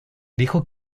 dijo